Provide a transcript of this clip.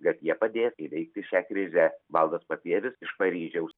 kad jie padės įveikti šią krizę valdas papievis iš paryžiaus